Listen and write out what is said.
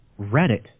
Reddit